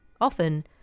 Often